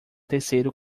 terceiro